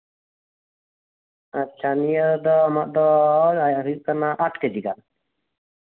ᱟᱪᱪᱷᱟ ᱱᱤᱭᱟᱹ ᱫᱚ ᱟᱢᱟᱜ ᱫᱚ ᱦᱩᱭᱩᱜ ᱠᱟᱱᱟ ᱟᱴ ᱠᱮᱡᱤ ᱜᱟᱱ